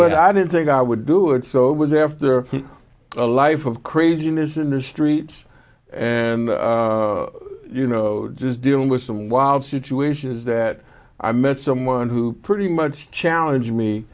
but i didn't think i would do it so it was after a life of craziness in the streets and you know just dealing with some wild situation is that i met someone who pretty much challenged me